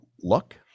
look